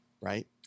right